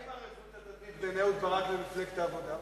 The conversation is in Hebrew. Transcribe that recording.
מה עם הערבות ההדדית בין אהוד ברק למפלגת העבודה?